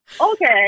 okay